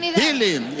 healing